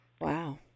Wow